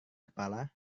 kepala